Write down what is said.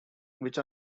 which